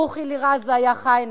רוחי לע'זה, יא ח'אאנה.